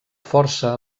força